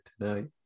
tonight